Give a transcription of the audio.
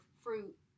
fruit